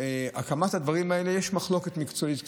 הקמת הדברים האלה, יש מחלוקת מקצועית קצת,